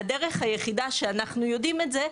והדרך היחידה שאנחנו יודעים את זה,